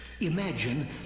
Imagine